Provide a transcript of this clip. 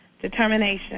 determination